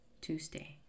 Tuesday